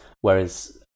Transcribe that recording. whereas